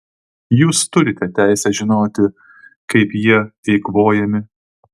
jūs turite teisę žinoti kaip jie eikvojami